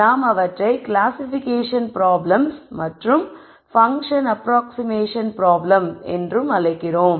நான் அவற்றை classification problems மற்றும் பங்க்ஷன் அப்ராக்ஸிமேஷன் ப்ராப்ளம்ஸ் என்று அழைக்கப் போகிறேன்